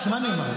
מה אמרתי?